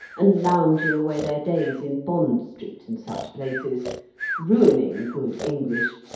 and lounging away their days in bond street, and such places ruining good english,